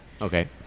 Okay